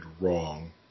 wrong